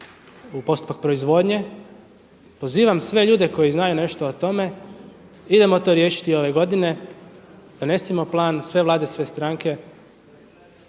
u postupak proizvodnje. Pozivam sve ljude koji znaju nešto o tome, idemo to riješiti ove godine, donesimo plan, sve Vlade, sve stranke,